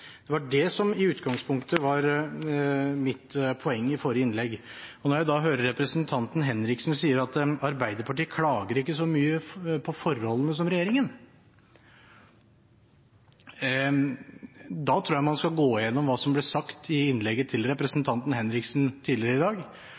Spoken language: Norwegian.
var det som i utgangspunktet var mitt poeng i forrige innlegg. Når jeg så hører representanten Henriksen si at Arbeiderpartiet ikke klager så mye på forholdene som regjeringen, tror jeg man skal gå gjennom hva som ble sagt i innlegget til